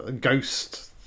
ghost